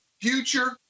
future